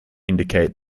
indicate